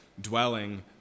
dwelling